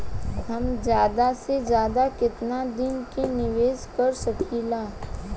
हम ज्यदा से ज्यदा केतना दिन के निवेश कर सकिला?